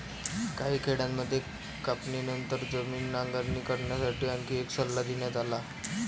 काही खेड्यांमध्ये कापणीनंतर जमीन नांगरणी करण्यासाठी आणखी एक सल्ला देण्यात आला